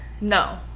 No